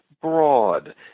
broad